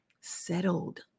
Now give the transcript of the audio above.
settled